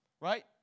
Right